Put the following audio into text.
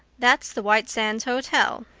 that's the white sands hotel.